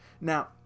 Now